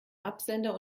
absender